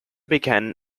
began